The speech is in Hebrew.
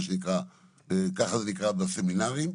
ככה זה נקרא בסמינרים,